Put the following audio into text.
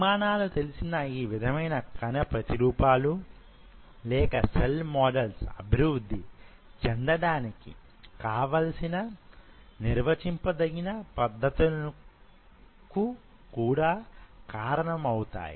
పరిమాణాలు తెలిసిన ఈ విధమైన కణ ప్రతిరూపాలు లేక సెల్ మోడల్స్ అభివృద్ధి చెందడానికి కావలసిన నిర్వచింపదగిన పద్ధతులకు కూడా కారణమవుతాయి